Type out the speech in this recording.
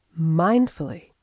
mindfully